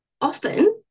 often